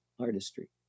artistry